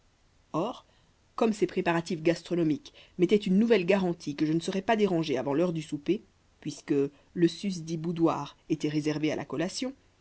or comme ces préparatifs gastronomiques m'étaient une nouvelle garantie que je ne serais pas dérangé avant l'heure du souper puisque le susdit boudoir était réservé à la collation